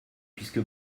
puisque